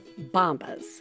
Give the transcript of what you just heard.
bombas